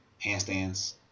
handstands